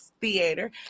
theater